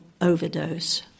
overdose